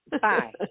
Bye